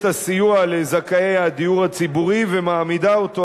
הסיוע לזכאי הדיור הציבורי ומעמידה אותו,